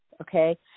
okay